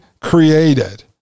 created